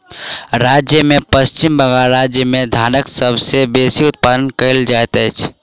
भारत में पश्चिम बंगाल राज्य में धानक सबसे बेसी उत्पादन कयल जाइत अछि